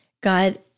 God